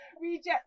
reject